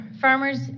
farmers